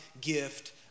gift